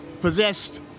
possessed